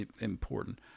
important